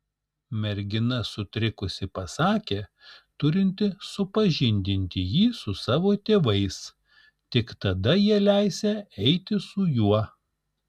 mergina sutrikusi pasakė turinti supažindinti jį su savo tėvais tik tada jie leisią eiti su juo